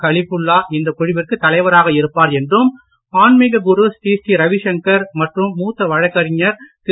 கலிபுல்லா இந்த குழுவிற்கு தலைவராக இருப்பார் என்றும் ஆன்மீக குரு ஸ்ரீஸ்ரீ ரவிசங்கர் மற்றும் மூத்த வழக்கறிஞர் திரு